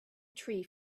tree